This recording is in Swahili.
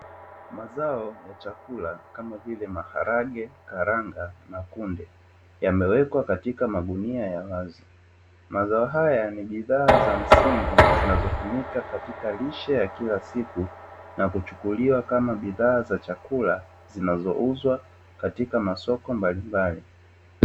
Mazao ya chakula kama vile; maharage, karanga na kunde, yamewekwa katika magunia ya wazi. Mazao haya ni bidhaa za msingi zinazotumika Katika rishe ya kila siku na kuchukuliwa kama bidhaa za chakula katika masoko mbalimbali.